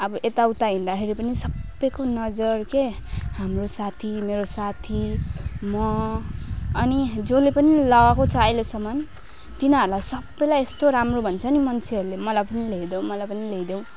अब यता उता हिँड्दाखेरि पनि सबको नजर के हाम्रो साथी मेरो साथी म अनि जसले पनि लगाएको छ अहिलेसम्म तिनीहरूलाई सबलाई यस्तो राम्रो भन्छ पनि मान्छेहरूले मलाई पनि ल्याइदेऊ मलाई पनि ल्याइदेऊ